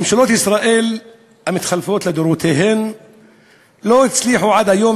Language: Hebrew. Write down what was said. ממשלות ישראל המתחלפות לדורותיהן לא הצליחו עד היום